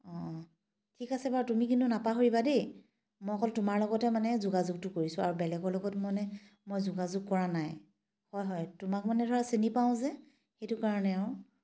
অঁ অঁ ঠিক আছে বাৰু তুমি কিন্তু নাপাহৰিবা দেই মই অকল তোমাৰ লগতেই মানে যোগাযোগটো কৰিছোংঁ আৰু বেলেগৰ লগত মানে মই যোগাযোগ কৰা নাই হয় হয় তোমাক মানে ধৰা চিনি পাওঁ যে সেইটো কাৰণে আৰু